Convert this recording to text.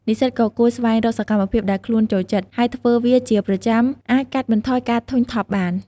និស្សិតក៏គួរស្វែងរកសកម្មភាពដែលខ្លួនចូលចិត្ត ហើយធ្វើវាជាប្រចាំអាចកាត់បន្ថយការធុញថប់បាន។